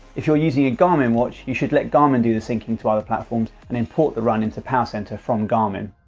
if you're using a garmin watch you should let garmin do the syncing to other platforms and import the run into powercentre from garmin.